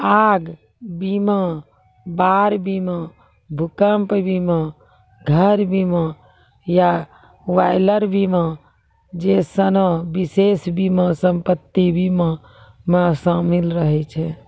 आग बीमा, बाढ़ बीमा, भूकंप बीमा, घर बीमा या बॉयलर बीमा जैसनो विशेष बीमा सम्पति बीमा मे शामिल रहै छै